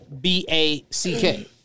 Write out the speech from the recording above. b-a-c-k